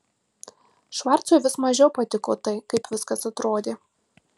švarcui vis mažiau patiko tai kaip viskas atrodė